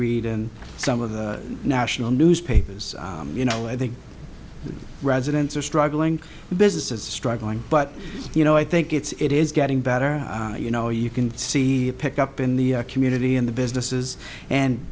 read in some of the national newspapers you know i think residents are struggling businesses struggling but you know i think it's it is getting better you know you can see pick up in the community and the